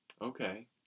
Okay